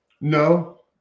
No